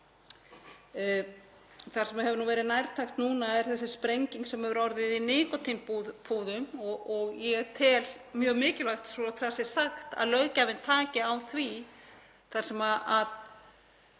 Það sem hefur verið nærtækt núna er þessi sprenging sem hefur orðið í neyslu á nikótínpúðum og ég tel mjög mikilvægt, svo það sé sagt, að löggjafinn taki á því þar sem ég